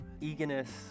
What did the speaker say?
eagerness